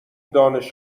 دانش